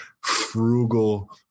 frugal